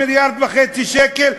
מיליארד וחצי שקל,